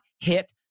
hit